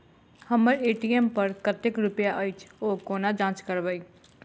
हम्मर ए.टी.एम पर कतेक रुपया अछि, ओ कोना जाँच करबै?